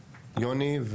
יוני,